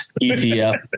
ETF